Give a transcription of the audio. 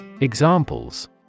Examples